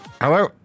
Hello